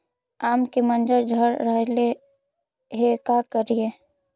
आम के मंजर झड़ रहले हे का करियै?